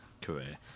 career